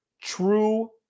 true